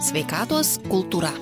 sveikatos kultūra